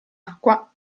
acqua